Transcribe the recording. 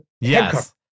Yes